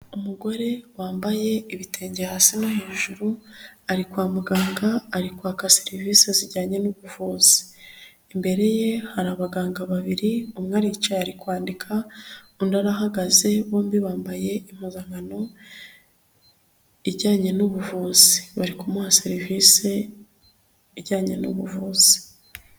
Umugore wambaye ibitenge hasi no hejuru, ari kwa muganga, ari kwaka serivisi zijyanye n'inubuvuzi, imbere ye hari abaganga babiri, umwe aricaye ari kwandika, undi arahagaze, bombi bambaye impozankano, ijyanye n'ubuvuzi bari kumuha serivisi, ijyanye n'ubuvuzi.